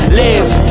live